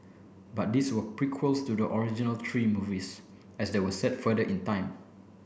but these were prequels to the original three movies as they were set further in time